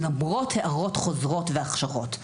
למרות הערות חוזרות והכשרות.